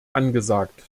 angesagt